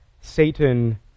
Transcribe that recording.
Satan